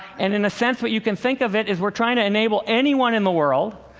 and in a sense what you can think of it is we're trying to enable anyone in the world,